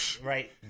right